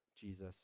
Jesus